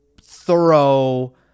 thorough